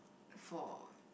for